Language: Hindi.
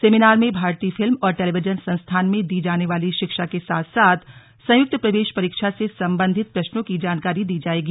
सेमिनार में भारतीय फिल्म और टेलीविजन संस्थान में दी जाने वाली शिक्षा के साथ साथ संयुक्त प्रवेश परीक्षा से संबंधित प्रश्नों की जानकारी दी जायेगी